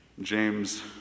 James